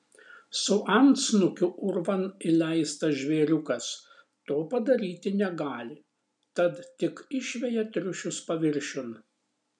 su antsnukiu urvan įleistas žvėriukas to padaryti negali tad tik išveja triušius paviršiun